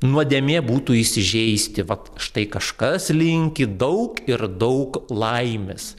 nuodėmė būtų įsižeisti vat štai kažkas linki daug ir daug laimės